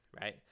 right